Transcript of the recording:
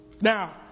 Now